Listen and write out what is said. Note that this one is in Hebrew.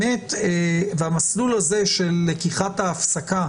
המסלול הזה של לקיחת ההפסקה